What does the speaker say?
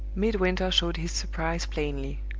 midwinter showed his surprise plainly.